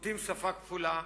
נוקטים שפה כפולה,